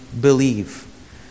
believe